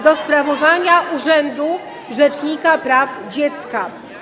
do sprawowania urzędu rzecznika praw dziecka.